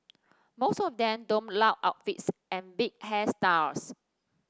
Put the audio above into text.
most of them donned loud outfits and big hairstyles